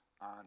on